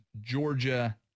Georgia